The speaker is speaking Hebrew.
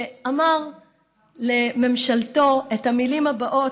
שאמר לממשלתו את המילים האלה,